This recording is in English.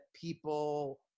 people